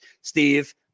Steve